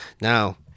Now